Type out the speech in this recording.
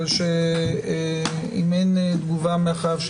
אבל אם אין תגובה מהחייב,